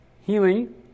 healing